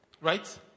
right